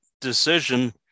decision